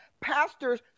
pastors